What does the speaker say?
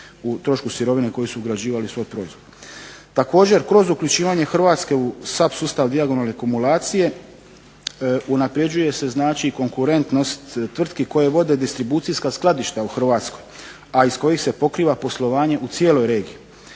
u trošku sirovine koju su ugrađivali u svoj proizvod. Također kroz uključivanje Hrvatske u SAP sustav dijagonalne kumulacije unapređuje se znači i konkurentnost tvrtki koje vode distribucijska skladišta u Hrvatskoj a iz kojih se pokriva poslovanje u cijeloj regiji.